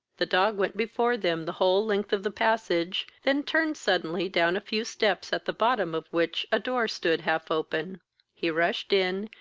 the dog went before them the whole length of the passage, then turned suddenly down a few steps, at the bottom of which a door stood half-open he rushed in,